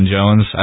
Jones